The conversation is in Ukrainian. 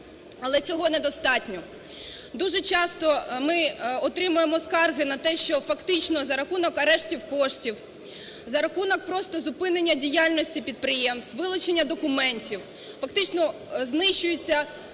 Але цього недостатньо, дуже часто ми отримуємо скарги на те, що фактично за рахунок арештів коштів, за рахунок просто зупинення діяльності підприємств, вилучення документів, фактично знищуються бізнеси,